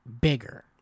bigger